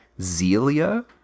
zelia